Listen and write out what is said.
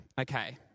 Okay